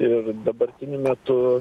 ir dabartiniu metu